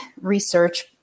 research